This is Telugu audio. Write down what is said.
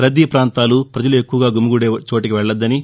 రద్దీ పాంతాలు ప్రజలు ఎక్కువగా గుమికూడే చోటికి వెళ్లవద్దని